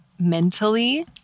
mentally